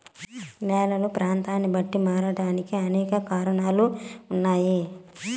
నేలలు ప్రాంతాన్ని బట్టి మారడానికి అనేక కారణాలు ఉన్నాయి